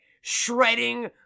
shredding